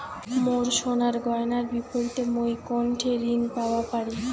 মোর সোনার গয়নার বিপরীতে মুই কোনঠে ঋণ পাওয়া পারি?